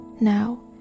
Now